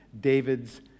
David's